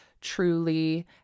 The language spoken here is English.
truly